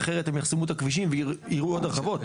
אחרת הם יחסמו את הכבישים ויראו עוד הרחבות.